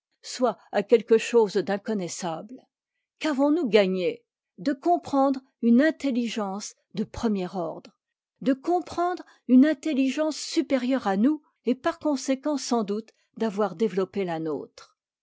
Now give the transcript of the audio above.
soit à quelque chose d'inconnaissable qu'avons-nous gagné de comprendre une intelligence de premier ordre de comprendre une intelligence supérieure à nous et par conséquent sans doute d'avoir développé la nôtre